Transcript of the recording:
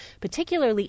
particularly